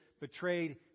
betrayed